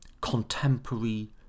contemporary